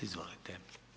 Izvolite.